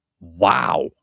Wow